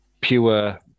pure